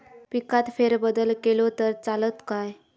पिकात फेरबदल केलो तर चालत काय?